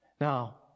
Now